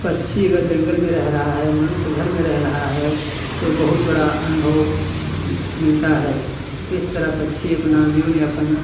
पक्षी अगर जंगल में रह रहा है मनुष्य घर में रह रहा है तो बहुत बड़ा अनुभव मिलता है किस तरह पक्षी अपना जीवन यापन